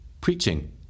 preaching